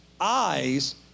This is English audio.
eyes